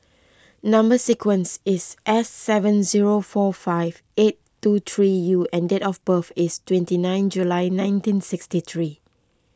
Number Sequence is S seven zero four five eight two three U and date of birth is twenty nine July nineteen sixty three